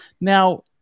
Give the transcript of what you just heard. Now